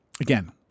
Again